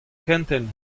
kentel